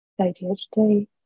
ADHD